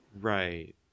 Right